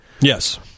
Yes